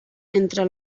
entre